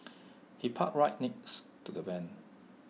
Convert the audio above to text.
he parked right next to the van